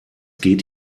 geht